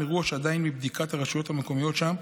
אירוע שעדיין בבדיקת הרשויות המקומיות שם.